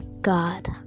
God